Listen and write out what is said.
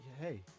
hey